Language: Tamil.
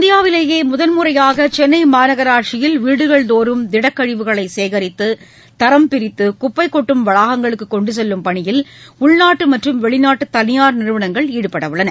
இந்தியாவிலேயே முதன்முறையாக சென்னை மாநகராட்சியில் வீடுகள் தோறும் திடக்கழிவுகளை சேகரித்த தரம்பிரித்து குப்பை கொட்டும் வளாகங்களுக்கு கொண்டு செல்லும் பணியில் உள்நாட்டு மற்றும் வெளிநாட்டு தனியார் நிறுவனங்கள் ஈடுபட உள்ளன